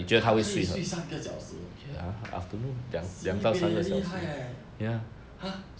他可以睡三个小时 sibeh 厉害 eh !huh!